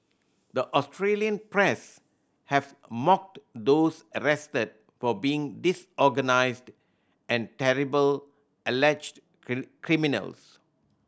the Australian press have mocked those arrested for being disorganised and terrible alleged criminals